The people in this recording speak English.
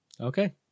Okay